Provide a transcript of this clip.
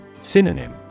Synonym